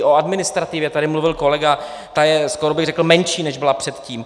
O administrativě tady mluvil kolega, ta je skoro bych řekl menší, než byla předtím.